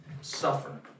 suffer